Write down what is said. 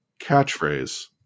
catchphrase